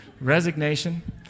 Resignation